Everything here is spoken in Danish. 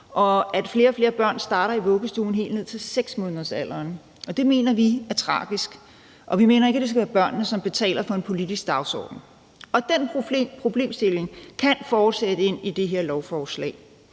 og at flere og flere børn helt ned til 6-månedersalderen starter i vuggestue. Det mener vi er tragisk. Vi mener ikke, at det skal være børnene, som skal betale for en politisk dagsorden. Den problemstilling kan fortsætte ind i det her lovforslag.